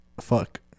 Fuck